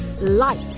light